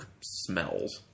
smells